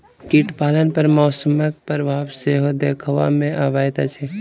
कीट पालन पर मौसमक प्रभाव सेहो देखबा मे अबैत अछि